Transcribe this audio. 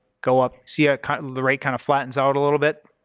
go up, see ah kind of the right kind of flattens out a little bit?